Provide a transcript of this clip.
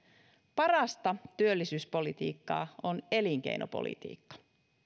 parasta työllisyyspolitiikkaa on elinkeinopolitiikka